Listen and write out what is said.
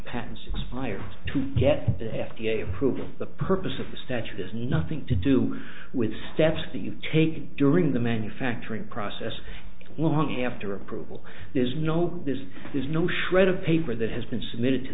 patents expire to get the f d a approval the purpose of the statute has nothing to do with steps that you take during the manufacturing process well long after approval there's no this there's no shred of paper that has been submitted to